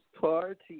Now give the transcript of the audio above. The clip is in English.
party